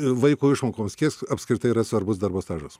vaiko išmokoms kiek apskritai yra svarbus darbo stažas